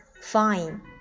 fine